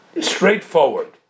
straightforward